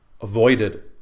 avoided